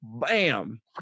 bam